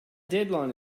deadline